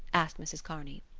asked mrs. kearney.